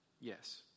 yes